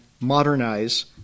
modernize